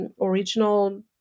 original